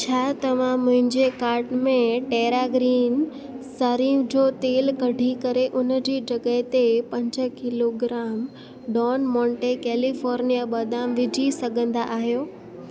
छा तव्हां मुंहिंजे कार्ट मां टेरा ग्रीन सरिहं जो तेल कढी करे उन जी जॻह ते पंज किलोग्राम डॉन मोंटे कैलिफ़ोर्निया बादाम विझी सघंदा आहियो